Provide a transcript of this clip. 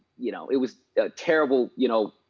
you know it was a terrible, you know,